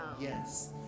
Yes